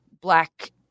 black